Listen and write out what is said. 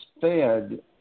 fed